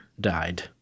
died